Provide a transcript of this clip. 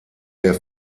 der